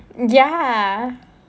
ya